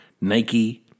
Nike